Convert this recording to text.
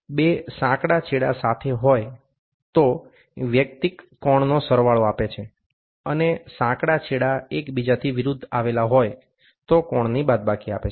બે સાંકડા છેડા સાથે હોય તો વૈયક્તિક કોણનો સરવાળો આપે છે અને સાંકડા છેડા એકબીજાથી વિરૂદ્ધ આવેલ હોય તો કોણની બાદબાકી આપે છે